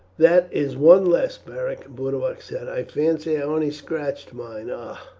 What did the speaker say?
that is one less, beric, boduoc said. i fancy i only scratched mine. ah!